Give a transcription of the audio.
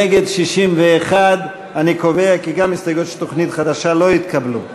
נגד, 61. גם ההסתייגויות של ההפחתה לא התקבלו.